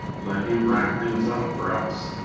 let him wrap things up for us